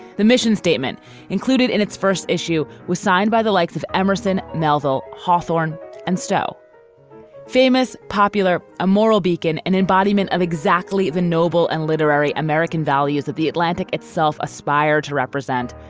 the mission statement included in its first issue was signed by the likes of emerson, melville, hawthorne and stowe famous, popular, a moral beacon, an embodiment of exactly the noble and literary american values of the atlantic itself aspire to represent.